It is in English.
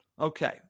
Okay